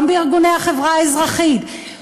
גם בארגוני החברה האזרחית,